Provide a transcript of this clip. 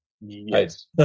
yes